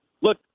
look